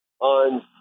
on